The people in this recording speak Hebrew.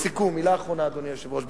לסיכום, מלה אחרונה, ברשותך.